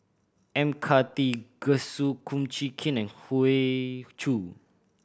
M Karthigesu Kum Chee Kin and Hoey Choo